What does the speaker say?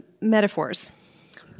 metaphors